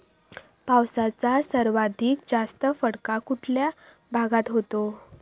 पावसाचा सर्वाधिक जास्त फटका कुठल्या भागात होतो?